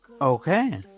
Okay